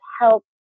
help